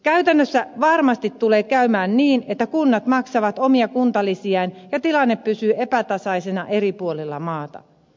käytännössä varmasti tulee käymään niin että kunnat maksavat omia kuntalisiään ja tilanne pysyy epätasaisena eri puolilla maata